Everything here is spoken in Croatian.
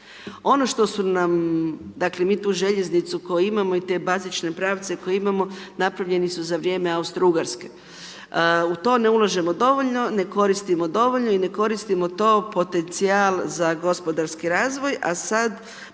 Ono što su nam, dakle mi tu željeznicu koju imamo i te bazične pravce koje imamo, napravljeni su za vrijeme Austrougarske. U to ulažemo dovoljno, ne koristimo dovoljno i ne koristimo to u potencijal za gospodarski razvoj a sad